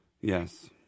Yes